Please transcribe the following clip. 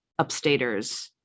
upstaters